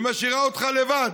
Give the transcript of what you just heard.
היא משאירה אותך לבד,